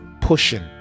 pushing